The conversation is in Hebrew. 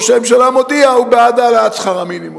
וראש הממשלה מודיע שהוא בעד העלאת שכר המינימום.